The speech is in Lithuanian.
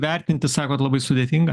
vertinti sakot labai sudėtinga